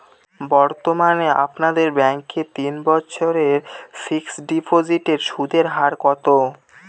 বর্তমানে আপনাদের ব্যাঙ্কে তিন বছরের ফিক্সট ডিপোজিটের সুদের হার কত?